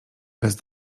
bawić